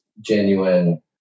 genuine